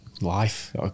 life